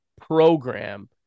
program